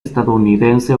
estadounidense